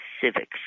civics